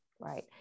Right